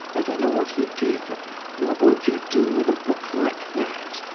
i don't know what he did. but what would you do with a book like that?